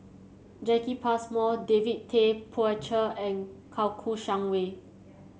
Jacki Passmore David Tay Poey Cher and Kouo Shang Wei